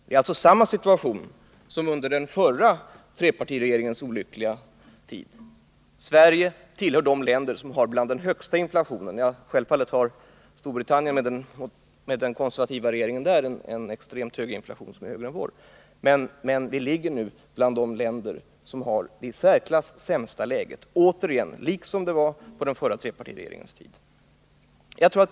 Det är alltså samma situation som rådde under den förra trepartiregeringens olyckliga tid. Sverige tillhör de länder som har den högsta inflationen. Ja, självfallet har Storbritannien, med sin konservativa regering, en extremt hög inflation, som är ännu värre än vår, men Sverige är nu, liksom under den förra trepartiregeringens tid, återigen med bland de länder som har det i särklass sämsta ekonomiska läget.